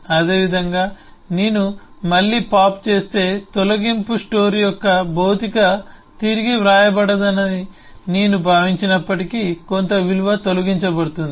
అదేవిధంగా నేను మళ్ళీ పాప్ చేస్తే తొలగింపు స్టోర్ యొక్క భౌతిక తిరిగి వ్రాయబడదని నేను భావించినప్పటికీ కొంత విలువ తొలగించబడుతుంది